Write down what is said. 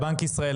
לבנק ישראל,